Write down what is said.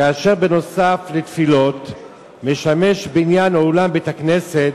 כאשר נוסף על תפילות משמש בניין אולם בית-הכנסת